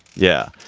yeah.